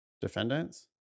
defendants